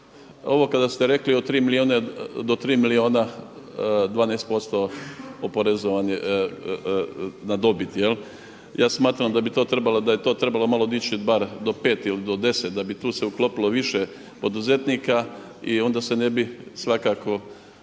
Ovo kada ste rekli do 3 milijuna 12% oporezovanje na dobit. Ja smatram da je to trebalo malo dići bar do 5 ili do 10, da bi tu se uklopilo više poduzetnika i onda se ne bi svakako